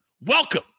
welcome